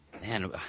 man